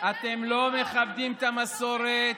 אתם לא מכבדים את המסורת.